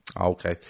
Okay